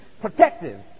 protective